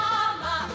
Mama